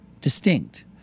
distinct